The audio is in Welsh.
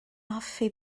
hoffi